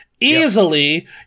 Easily